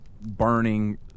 burning